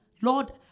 Lord